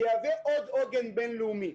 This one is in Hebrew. שיהווה עוד עוגן בין-לאומי.